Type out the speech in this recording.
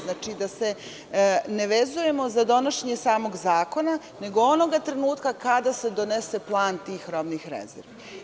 Znači, da se ne vezujemo za donošenje samog zakona nego onog trenutka kada se donese plan tih robnih rezervi.